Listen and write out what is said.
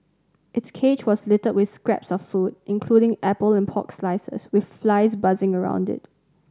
its cage was littered with scraps of food including apple and pork slices with flies buzzing around it